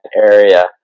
area